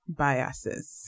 biases